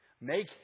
Make